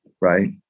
right